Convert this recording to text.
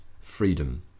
freedom